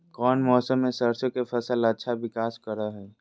कौन मौसम मैं सरसों के फसल अच्छा विकास करो हय?